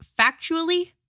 factually